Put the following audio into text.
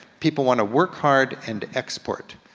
people wanna work hard and export.